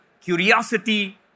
curiosity